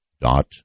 Dot